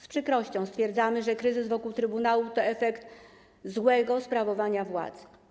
Z przykrością stwierdzamy, że kryzys wokół trybunału to efekt złego sprawowania władzy.